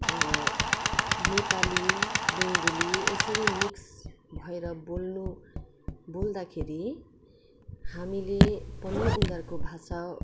नेपाली बङ्गाली यसरी मिक्स भएर बोल्नु बोल्दाखेरि हामीले पनि उनीहरूको भाषा